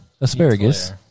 Asparagus